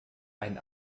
ein